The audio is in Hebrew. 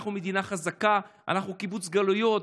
אנחנו מדינה חזקה, אנחנו קיבוץ גלויות.